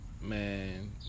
Man